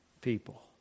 people